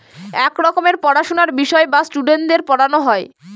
এক রকমের পড়াশোনার বিষয় যা স্টুডেন্টদের পড়ানো হয়